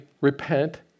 repent